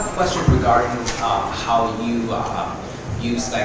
regarding how you used like